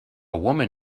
woman